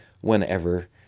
whenever